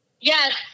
Yes